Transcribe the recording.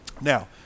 Now